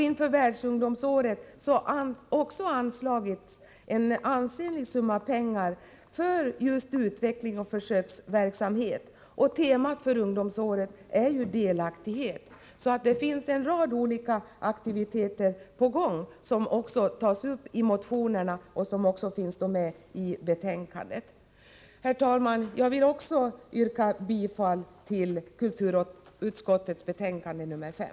Inför världsungdomsåret har anslagits en ansenlig summa pengar för just utvecklingsoch försöksverksamhet. Temat för ungdomsåret är delaktighet. Så det finns en rad olika aktiviteter på gång, vilket också tas upp i motionerna och betänkandet. Herr talman! Jag vill yrka bifall till kulturutskottets hemställan i betänkande 5.